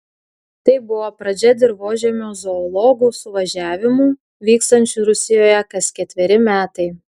tai buvo pradžia dirvožemio zoologų suvažiavimų vykstančių rusijoje kas ketveri metai